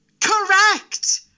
Correct